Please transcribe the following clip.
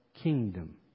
kingdom